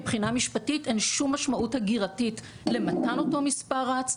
מבחינה משפטית אין שום משמעות הגירתית למתן אותו מספר רץ,